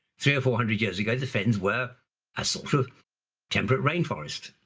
three or four hundred years ago the fens were a sort of temperate rainforest.